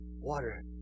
Water